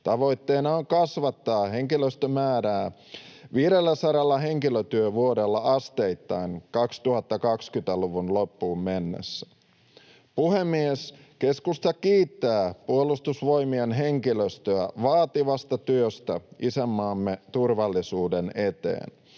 Tavoitteena on kasvattaa henkilöstömäärää 500 henkilötyövuodella asteittain 2020-luvun loppuun mennessä. Puhemies! Keskusta kiittää Puolustusvoimien henkilöstöä vaativasta työstä isänmaamme turvallisuuden eteen.